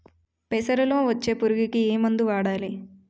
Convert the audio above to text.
పెసరలో పచ్చ పురుగుకి ఏ మందు వాడాలి?